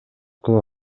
кылып